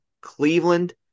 Cleveland